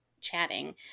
chatting